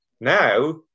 now